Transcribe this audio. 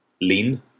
lean